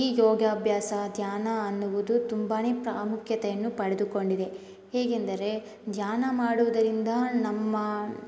ಈ ಯೋಗಾಭ್ಯಾಸ ಧ್ಯಾನ ಅನ್ನುವುದು ತುಂಬಾ ಪ್ರಾಮುಖ್ಯತೆಯನ್ನು ಪಡೆದುಕೊಂಡಿದೆ ಹೇಗೆಂದರೆ ಧ್ಯಾನ ಮಾಡುವುದರಿಂದ ನಮ್ಮ